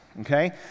Okay